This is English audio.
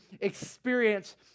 experience